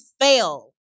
fail